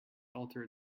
alter